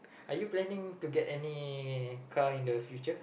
are you planning to get any car in the future